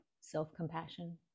self-compassion